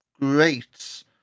great